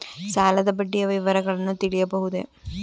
ಸಾಲದ ಬಡ್ಡಿಯ ವಿವರಗಳನ್ನು ತಿಳಿಯಬಹುದೇ?